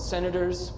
Senators